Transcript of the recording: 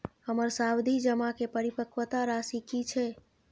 हमर सावधि जमा के परिपक्वता राशि की छै?